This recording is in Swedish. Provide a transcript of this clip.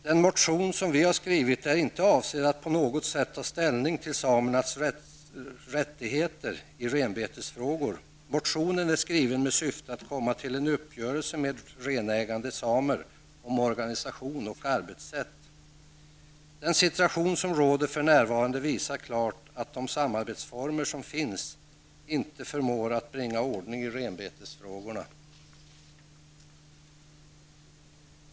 Den motion som vi har skrivit är inte avsedd att på något sätt ta ställning till samernas rättigheter i renbetesfrågor. Motionen är skriven med syftet att komma till en uppgörelse med renägande samer om organisation och arbetssätt. Den situation som för närvarande råder visar klart att de samarbetsformer som finns inte förmår att bringa ordning i renbetesfrågorna.